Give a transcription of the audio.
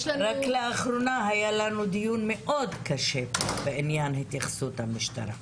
רק לאחרונה היה לנו דיון מאוד קשה לגבי התייחסות המשטרה.